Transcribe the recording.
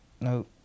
Nope